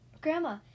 Grandma